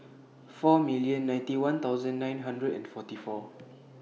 four million ninety one thousand nine hundred and forty four